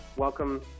Welcome